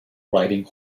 riding